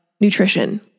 nutrition